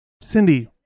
Cindy